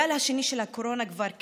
הגל השני של הקורונה כבר כאן.